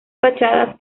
fachadas